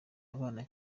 abana